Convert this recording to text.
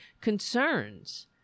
concerns